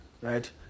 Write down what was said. right